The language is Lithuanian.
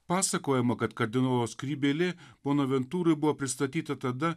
pasakojama kad kardinolo skrybėlė bonaventūrui buvo pristatyta tada